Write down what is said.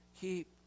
keep